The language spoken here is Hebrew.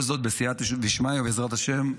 כל זאת, בסייעתא דשמיא, בעזרת השם,